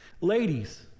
ladies